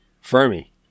Fermi